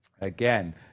again